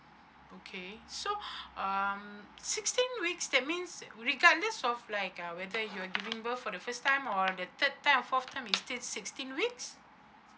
okay so um sixteen weeks that means regardless of like uh whether you're giving birth for the first time or the third time or fourth time it's still sixteen weeks